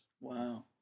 Wow